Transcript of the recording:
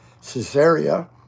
Caesarea